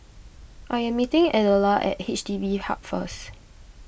I am meeting Adela at H D B Hub first